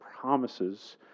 promises